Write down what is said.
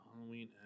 Halloween